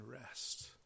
rest